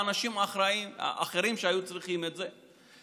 מאנשים אחרים שהיו צריכים את זה,